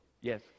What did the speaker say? Yes